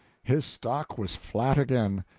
his stock was flat again.